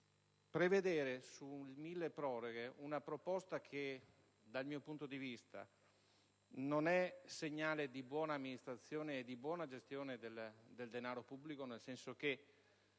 nel decreto milleproroghe una proposta che, dal mio punto di vista, non è un segnale di buona amministrazione e di buona gestione del denaro pubblico, nel senso che